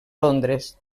londres